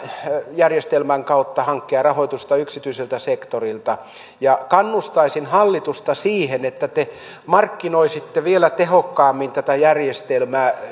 järjestelmän kautta hankkia rahoitusta yksityiseltä sektorilta kannustaisin hallitusta siihen että te markkinoisitte vielä tehokkaammin tätä järjestelmää